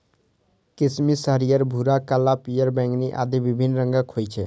किशमिश हरियर, भूरा, काला, पीयर, बैंगनी आदि विभिन्न रंगक होइ छै